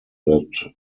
that